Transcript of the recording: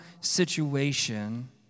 situation